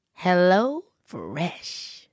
HelloFresh